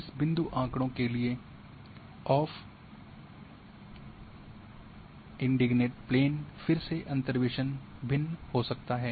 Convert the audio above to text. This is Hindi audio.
इस बिंदु आँकड़ों के लिए ऑफ इनडिग्नैंट प्लेन फिर से अंतर्वेसन भिन्न हो सकता है